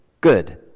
good